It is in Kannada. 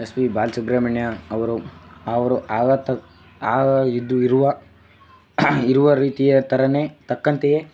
ಎಸ್ ಪಿ ಬಾಲಸುಬ್ರಹ್ಮಣ್ಯ ಅವರು ಅವರು ಆವತ್ತು ಆ ಇದ್ದು ಇರುವ ಇರುವ ರೀತಿಯ ಥರನೇ ತಕ್ಕಂತೆಯೇ